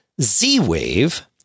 Z-Wave